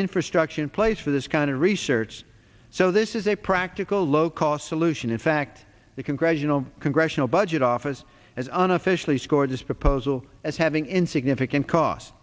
infrastructure in place for this kind of research so this is a practical low cost solution in fact the congressional congressional budget office as on officially scored this proposal as having insignificant costs